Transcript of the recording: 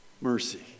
Mercy